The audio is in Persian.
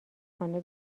خانه